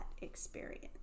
experience